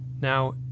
now